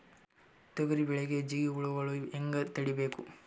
ತೊಗರಿ ಬೆಳೆಗೆ ಜಿಗಿ ಹುಳುಗಳು ಹ್ಯಾಂಗ್ ತಡೀಬೇಕು?